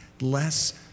less